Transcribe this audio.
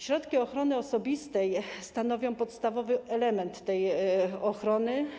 Środki ochrony osobistej stanowią podstawowy element tej ochrony.